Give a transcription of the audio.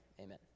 Amen